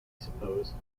suppose